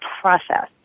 process